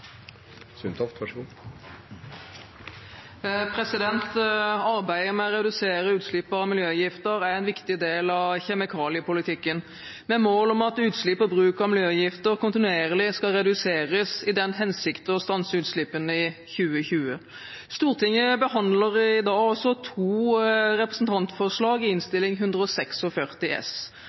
en viktig del av kjemikaliepolitikken, med mål om at utslipp og bruk av miljøgifter kontinuerlig skal reduseres i den hensikt å stanse utslippene i 2020. Stortinget behandler i dag også to representantforslag i Innst. 146 S.